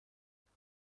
گفتی